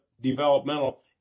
developmental